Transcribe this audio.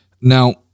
Now